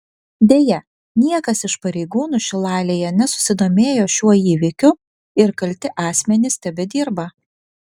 deja niekas iš pareigūnų šilalėje nesusidomėjo šiuo įvykiu ir kalti asmenys tebedirba